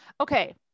Okay